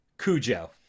Cujo